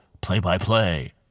play-by-play